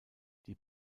die